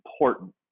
important